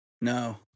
No